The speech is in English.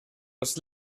was